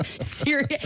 Serious